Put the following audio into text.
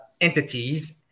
entities